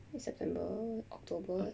next september october